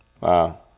Wow